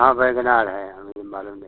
हाँ वैगनार है हमें ये मालूम नहीं था